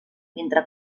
mentre